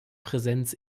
präsenz